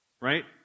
right